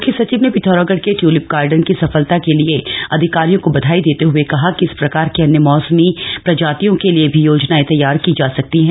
मुख्य सचिव ने पिथौरागढ़ के ट्यूलिप गार्डन की सफलता के लिए अधिकारियों को बधाई देते हुए कहा कि इस प्रकार की अन्य मौसमी प्रजातियों के लिए भी योजनाएं तैयार की जा सकती हैं